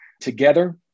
Together